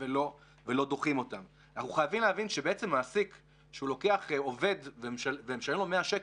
אני חושב שאם לא נותנים לו לדבר בקורס מח"טים,